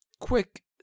quick